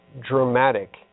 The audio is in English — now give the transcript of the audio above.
dramatic